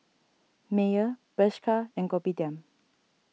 Mayer Bershka and Kopitiam